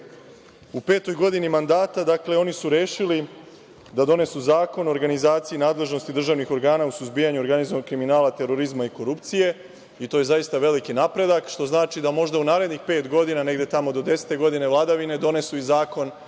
petoj godini mandata, dakle, oni su rešili da donesu zakon o organizaciji nadležnosti državnih organa u suzbijanju organizovanog kriminala, terorizma i korupcije i to je zaista veliki napredak, što znači da možda u narednih pet godina, negde tamo do desete godine vladavine donesu i zakon